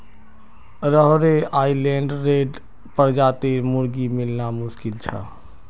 Rhode Island Red प्रजातिर मुर्गी मिलना मुश्किल छ